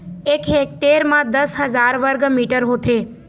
एक हेक्टेयर म दस हजार वर्ग मीटर होथे